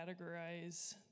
categorize